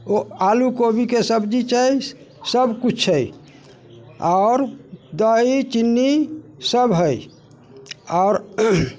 आलू कोबी के सब्जी छै सब किछु छै आओर दही चिन्नी सब है आओर